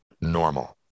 normal